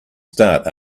start